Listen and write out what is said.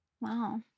Wow